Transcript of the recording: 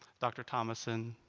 dr. thomason